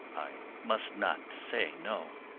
i must not say no.